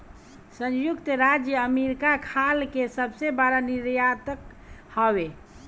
संयुक्त राज्य अमेरिका खाल के सबसे बड़ निर्यातक हवे